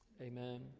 Amen